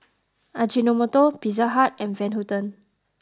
Ajinomoto Pizza Hut and Van Houten